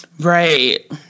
Right